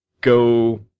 go